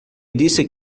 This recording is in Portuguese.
disse